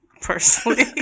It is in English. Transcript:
personally